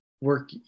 work